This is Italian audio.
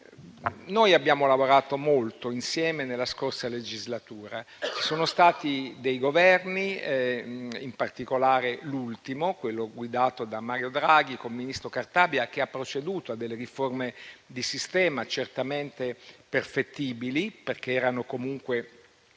abbiamo lavorato molto insieme nella scorsa legislatura. Ci sono stati dei Governi, in particolare l'ultimo, quello guidato da Mario Draghi con il ministro Cartabia, che hanno proceduto a delle riforme di sistema, certamente perfettibili perché erano comunque